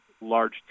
large